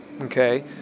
okay